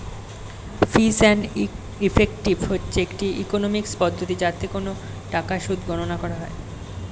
fees and effective হচ্ছে একটি economics পদ্ধতি যাতে কোন টাকার সুদ গণনা করা হয়